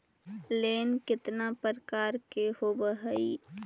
Loan केतना प्रकार के होव हइ?